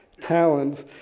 talents